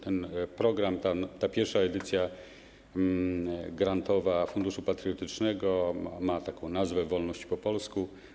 Ten program, ta pierwsza edycja grantowa Funduszu Patriotycznego ma taką nazwę „Wolność po polsku”